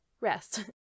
rest